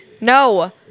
No